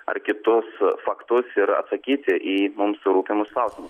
ar kitus faktus ir atsakyti į mums rūpimus klausimus